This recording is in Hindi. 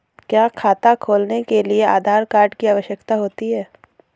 क्या खाता खोलने के लिए आधार कार्ड की आवश्यकता होती है?